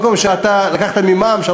לקחת במע"מ 3,